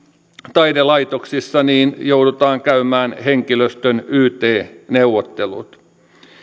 taidelaitoksissa joudutaan käymään henkilöstön yt neuvottelut